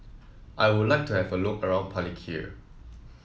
I would like to have a look around Palikir